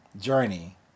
journey